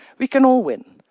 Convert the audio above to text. we can all win.